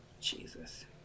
Jesus